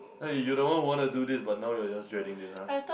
eh you're the one who wanna do this but now you're just dreading this !huh!